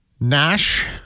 Nash